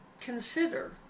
consider